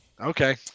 Okay